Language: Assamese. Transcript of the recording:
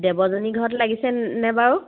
দেবযানী ঘৰত লাগিছেনে নে বাৰু